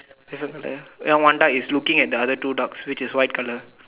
different color ya one duck is looking at the other two ducks which is white color